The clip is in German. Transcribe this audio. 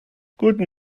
guten